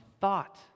thought